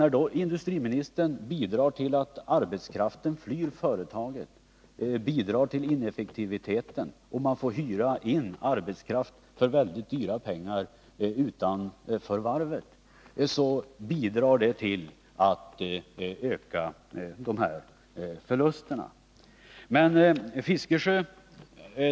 När industriministern bidrar till att arbetskraften flyr företaget, effektiviteten minskar och man tvingas hyra in arbetskraft för väldigt dyra pengar ökar det naturligtvis förlusterna.